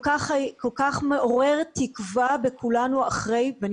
כל כך מעורר תקווה בכולנו אחרי ואני